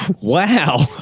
wow